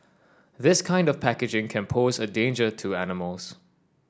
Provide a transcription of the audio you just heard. this kind of packaging can pose a danger to animals